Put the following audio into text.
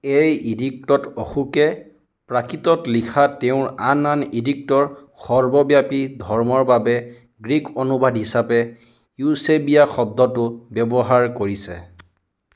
এই এডিক্টত অশোকে প্ৰাকৃতত লিখা তেওঁৰ আন আন এডিক্টৰ সৰ্বব্যাপী 'ধৰ্ম'ৰ বাবে গ্ৰীক অনুবাদ হিচাপে ইউছেবিয়া শব্দটো ব্যৱহাৰ কৰিছে